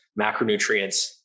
macronutrients